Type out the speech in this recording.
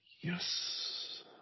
Yes